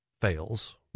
fails